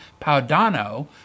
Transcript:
Paudano